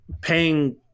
paying